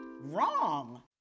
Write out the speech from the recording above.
wrong